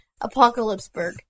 Apocalypseburg